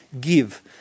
give